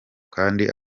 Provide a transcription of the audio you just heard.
kandi